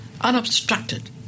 unobstructed